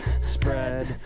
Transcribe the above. spread